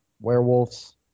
werewolves